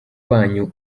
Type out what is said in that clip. banyu